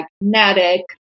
magnetic